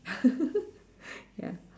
ya